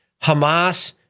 Hamas